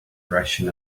direction